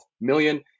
million